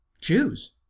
choose